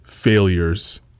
failures